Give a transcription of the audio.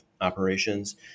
operations